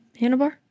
handlebar